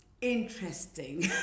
interesting